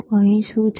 હવે અહીં શું છે